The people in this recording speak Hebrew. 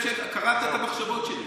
קראת את המחשבות שלי.